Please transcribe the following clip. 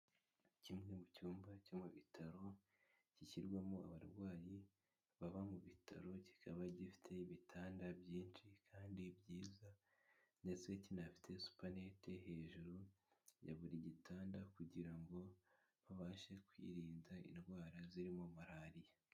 Kimwe mu cyumba cyo mu bitaro gishyirwamo abarwayi baba mu bitaro, kikaba gifite ibitanda byinshi kandi byiza ndetsetafite supanete hejuru ya buri gitanda kugira ngo babashe kwirinda indwara zirimo malaraya.